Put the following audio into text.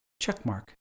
Checkmark